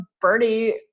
birdie